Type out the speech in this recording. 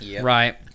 Right